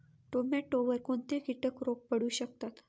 टोमॅटोवर कोणते किटक रोग पडू शकतात?